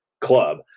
club